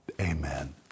Amen